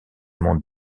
monde